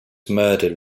murdered